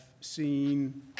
seen